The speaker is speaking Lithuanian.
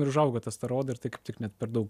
ir užauga ta stora oda ir tai kaip tik net per daug